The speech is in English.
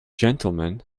gentlemen